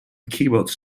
keyboards